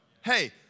Hey